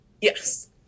Yes